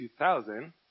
2000